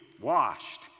washed